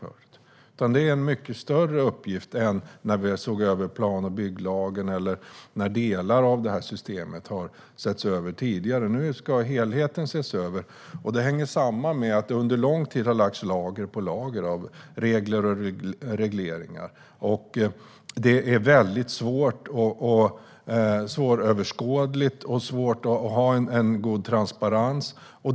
Det är alltså en mycket större uppgift än när vi såg över plan och bygglagen eller när delar av detta system sågs över. Nu ska helheten ses över. Det hänger samman med att det under lång tid har lagts lager på lager av regler och regleringar, och det är svåröverskådligt och svårt att ha en god transparens.